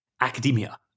academia